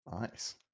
Nice